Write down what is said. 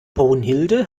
brunhilde